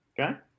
Okay